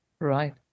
Right